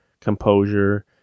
composure